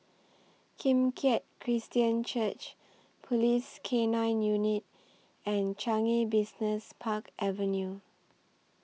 Kim Keat Christian Church Police K nine Unit and Changi Business Park Avenue